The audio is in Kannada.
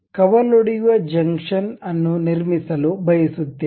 ಕವಲೊಡೆಯುವ ಜಂಕ್ಷನ್ ಅನ್ನು ನಿರ್ಮಿಸಲು ಬಯಸುತ್ತೇವೆ